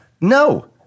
No